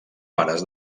pares